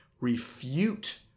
refute